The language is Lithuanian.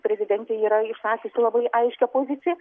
prezidentė yra išsakiusi labai aiškią poziciją